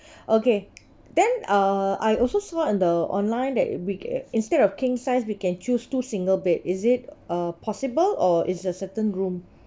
okay then uh I also saw in the online that we instead of king size we can choose two single bed is it uh possible or is the certain room